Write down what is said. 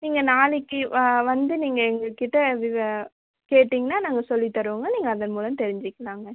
நீங்கள் நாளைக்கு வ வந்து நீங்கள் எங்கள்கிட்ட விவ கேட்டிங்கன்னா நாங்கள் சொல்லித்தருவோங்க நீங்கள் அதன் மூலம் தெரிஞ்சிக்கலாங்க